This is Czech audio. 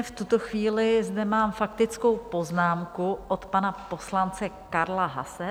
V tuto chvíli zde mám faktickou poznámku od pana poslance Karla Haase.